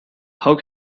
how